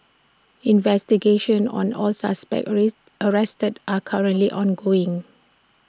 investigations on all suspects arrested are currently ongoing